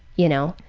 you know,